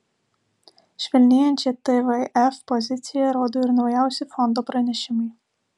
švelnėjančią tvf poziciją rodo ir naujausi fondo pranešimai